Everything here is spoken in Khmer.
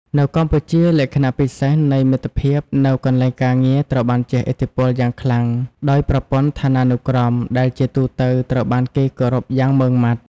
នៅកម្ពុជា លក្ខណៈពិសេសនៃមិត្តភាពនៅកន្លែងការងារត្រូវបានជះឥទ្ធិពលយ៉ាងខ្លាំងដោយប្រព័ន្ធឋានានុក្រម ដែលជាទូទៅត្រូវបានគេគោរពយ៉ាងម៉ឺងម៉ាត់។